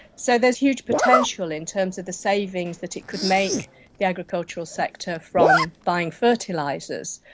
so there is huge potential in terms of the savings that it could make the agricultural sector from buying fertilisers.